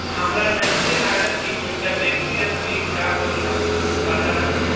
हामरा नइखे लागत की उनका व्यक्तिगत वित्त का होला पता बा